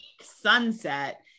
sunset